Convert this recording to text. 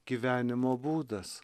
gyvenimo būdas